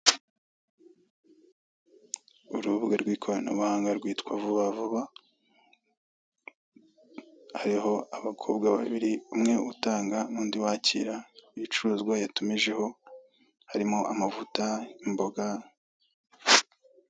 Urubuga rw'ikoranabuhanga rwitwa vuba vuba, hariho abakobwa babiri, umwe utanga n'undi wakira ibicuruzwa yatumijeho, harimo amavuta, imboga,...